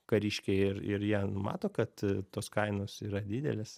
kariškiai ir ir jie nu mato kad tos kainos yra didelės